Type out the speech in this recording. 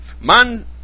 Man